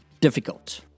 difficult